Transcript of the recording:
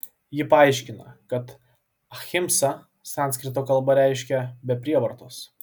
ji paaiškina kad ahimsa sanskrito kalba reiškia be prievartos